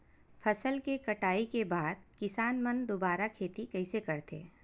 फसल के कटाई के बाद किसान मन दुबारा खेती कइसे करथे?